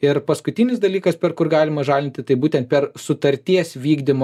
ir paskutinis dalykas per kur galima žalinti tai būtent per sutarties vykdymo